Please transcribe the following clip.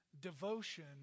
devotion